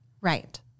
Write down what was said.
right